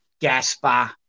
Gasper